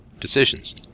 decisions